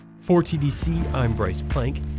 for tdc, i'm bryce plank.